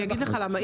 אני אגיד לך למה,